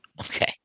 Okay